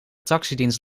taxidienst